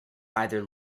either